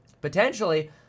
Potentially